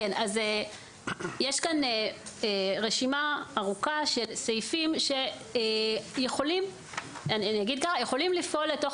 יש כאן רשימה ארוכה של סעיפים שיכולים לפעול לתוך